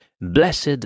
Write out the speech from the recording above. Blessed